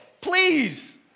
please